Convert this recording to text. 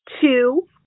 Two